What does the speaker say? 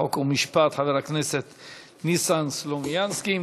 חוק ומשפט חבר הכנסת ניסן סלומינסקי.